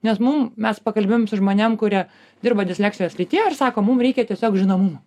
nes mum mes pakalbėjom su žmonėm kurie dirba disleksijos srityje ir sakom mum reikia tiesiog žinomumo